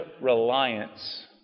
reliance